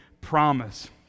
promise